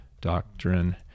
Doctrine